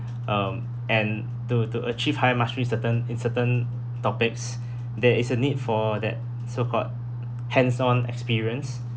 um and to to achieve higher mastery certain in certain topics there is a need for that so-called hands-on experience